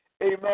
amen